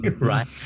right